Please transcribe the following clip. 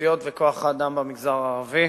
התשתיות וכוח-האדם במגזר הערבי.